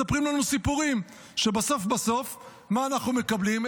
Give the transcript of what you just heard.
מספרים לנו סיפורים שבסוף בסוף מה אנחנו מקבלים?